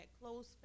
close